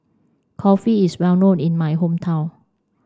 Kulfi is well known in my hometown